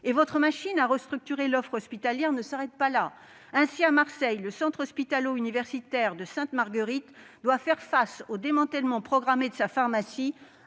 Votre machine à restructurer l'offre hospitalière ne s'arrête pas là. Ainsi, à Marseille, le centre hospitalo-universitaire de Sainte-Marguerite doit faire face au démantèlement programmé de sa pharmacie,